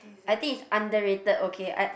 I think is underrated okay I